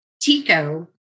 Tico